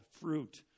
fruit